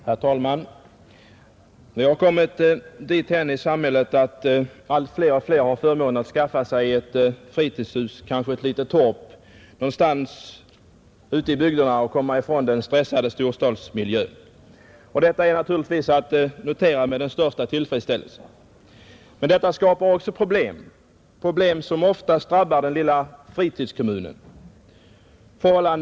Herr talman! Vi har kommit dithän i samhället att allt fler har förmånen att skaffa sig ett fritidshus, kanske ett litet torp, någonstans ute i bygderna och komma ifrån den stressande storstadsmiljön, Detta är naturligtvis att notera med den största tillfredsställelse. Men det skapar också problem, som oftast drabbar den lilla fritidskommunen.